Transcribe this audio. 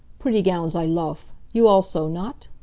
pretty gowns i lofe you also, not?